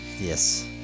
Yes